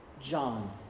John